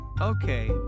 Okay